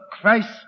Christ